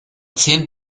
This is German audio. zehn